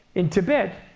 in tibet,